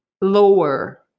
lower